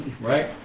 Right